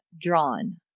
drawn